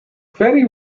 ferry